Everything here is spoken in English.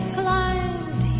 climbed